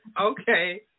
okay